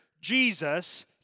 Jesus